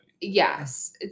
Yes